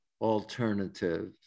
Alternative